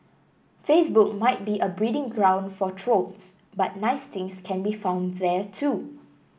Facebook might be a breeding ground for trolls but nice things can be found there too